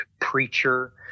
preacher